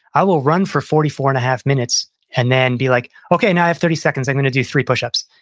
i will run for forty four and a half minutes and then be like, okay, now i have thirty seconds, i'm going to do three pushups.